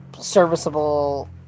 serviceable